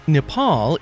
Nepal